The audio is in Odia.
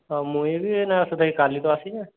ହଁ ମୁଇଁ ବି ଏଇନେ ଆସୁଥାଏ କାଲି ତ ଆସିଲି